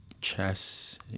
chess